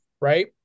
right